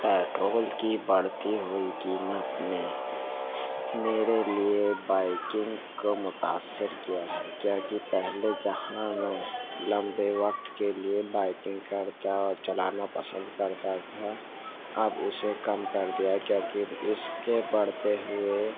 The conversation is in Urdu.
پٹرول کی بڑھتی ہوئی قیمت نے میرے لیے بائکنگ کو متأثر کیا ہے کیوںکہ پہلے جہاں میں لمبے وقت کے لیے بائکنگ کرتا اور چلانا پسند کرتا تھا اب اسے کم کر دیا ہے کیوںکہ اس کے بڑھتے ہوئے